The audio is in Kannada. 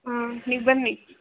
ಹಾಂ ನೀವು ಬನ್ನಿ